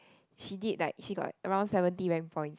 she did like they got around seventy rank points